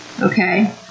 Okay